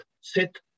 sit